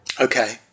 Okay